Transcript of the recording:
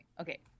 Okay